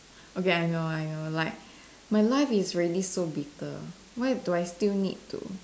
okay I know I know like my life is already so bitter why do I still need to